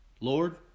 Lord